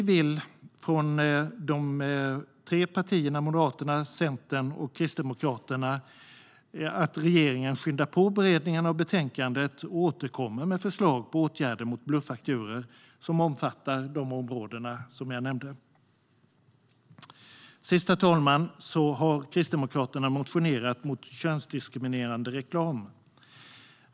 Vi, de tre partierna Moderaterna, Centern och Kristdemokraterna, vill att regeringen skyndar på beredningen av betänkandet och återkommer med förslag på åtgärder mot bluffakturor som omfattar de områden som jag nämnde. Herr talman! Kristdemokraterna har motionerat mot könsdiskriminerande reklam.